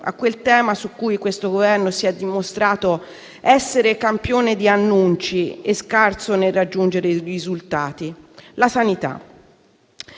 a quel tema su cui questo Governo si è dimostrato essere campione di annunci e scarso nel raggiungere i risultati: la sanità.